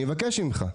אני מבקש ממך.